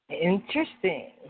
Interesting